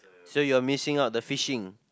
so you're missing out the fishing